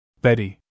Betty